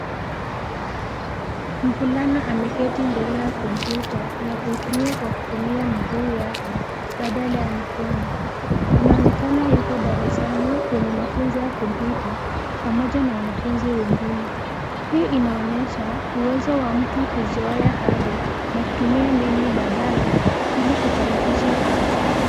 Mvulana ameketi mbele ya kompyuta na kuitumia kwa kutumia mguu wake badala ya mikono. Inaonekana yuko darasani kwenye mafunzo ya kompyuta pamoja na wanafunzi wengine. Hii inaonyesha uwezo wa mtu kuzoea hali na kutumia mbinu mbadala ili kufanikisha kazi.